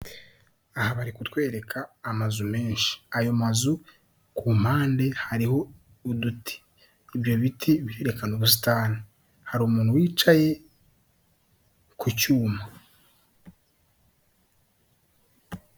Aha bari kutwereka amazu menshi ayo mazu ku mpande hariho uduti, ibyo biti byerekana ubusitani, hari umuntu wicaye ku cyuma.